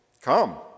Come